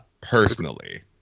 Personally